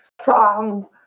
strong